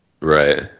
Right